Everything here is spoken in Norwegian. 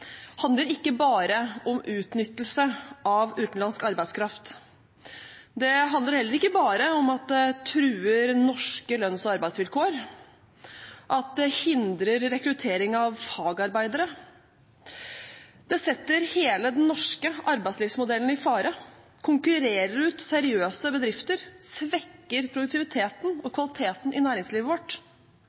handler ikke bare om utnyttelse av utenlandsk arbeidskraft. Det handler heller ikke bare om at det truer norske lønns- og arbeidsvilkår, og at det hindrer rekruttering av fagarbeidere. Det setter hele den norske arbeidslivsmodellen i fare, konkurrerer ut seriøse bedrifter og svekker produktiviteten og kvaliteten i næringslivet vårt.